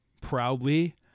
proudly